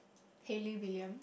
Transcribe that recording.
Hayley-William